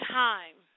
time